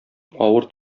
авыр